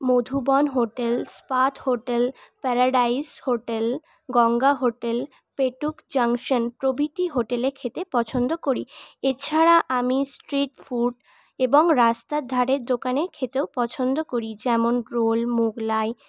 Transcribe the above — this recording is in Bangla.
মধুবন হোটেল স্পাত hotel paradise hotel Ganga hotel Petuk junction প্রভৃতি হোটেলে খেতে পছন্দ করি এছাড়া আমি স্ট্রিট ফুড এবং রাস্তার ধারের দোকানে খেতেও পছন্দ করি যেমন রোল মোগলাই